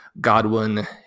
Godwin